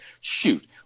Shoot